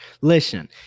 Listen